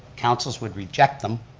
councils would reject them.